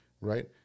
Right